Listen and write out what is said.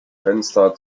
fenster